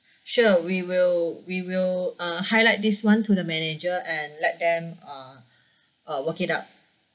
sure we will we will uh highlight this one to the manager and let them uh uh work it up